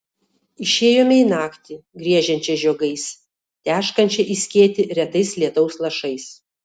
išėjome į naktį griežiančią žiogais teškančią į skėtį retais lietaus lašais